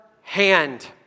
hand